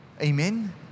amen